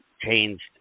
changed